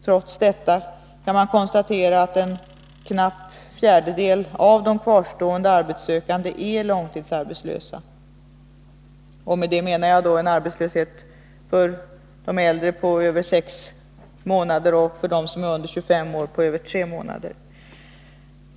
Trots detta kan man konstatera att en knapp fjärdedel av de kvarstående arbetssökande är långtidsarbetslösa, och med långtidsarbetslöshet avser jag då en arbetslöshet för de äldre på mer än sex månader och för dem som är under 25 år på över tre månader.